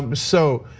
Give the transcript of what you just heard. um so,